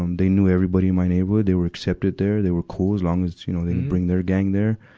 um they knew everybody in my neighborhood. they were accepted there. they were cool, as long as, you know, they didn't bring their gang there.